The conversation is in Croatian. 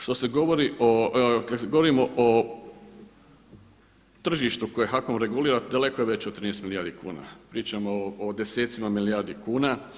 Što se govori o, kada govorimo o tržištu koje HAKOM regulira daleko je veće od 13 milijardi kuna, pričamo o o desecima milijardi kuna.